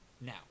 Now